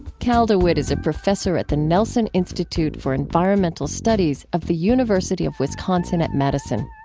cal dewitt is a professor at the nelson institute for environmental studies of the university of wisconsin at madison.